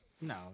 No